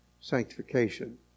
sanctification